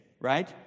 Right